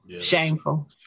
Shameful